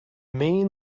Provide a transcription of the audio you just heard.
main